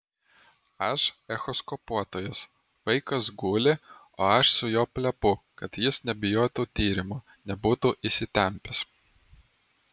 aš echoskopuotojas vaikas guli o aš su juo plepu kad jis nebijotų tyrimo nebūtų įsitempęs